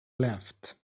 left